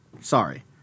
sorry